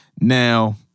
Now